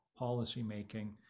policymaking